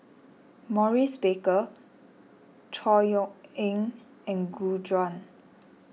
Maurice Baker Chor Yeok Eng and Gu Juan